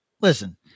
listen